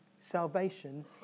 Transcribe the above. salvation